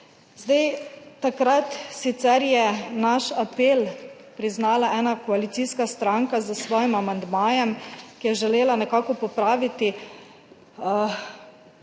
Takrat je naš apel priznala ena koalicijska stranka s svojim amandmajem, ki je želela nekako popraviti ta